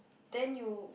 then you